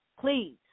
Please